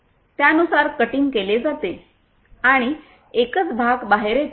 त्यानुसार कटिंग केली जाते आणि एकच भाग बाहेर येतो